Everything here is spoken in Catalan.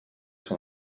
són